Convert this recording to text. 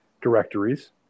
directories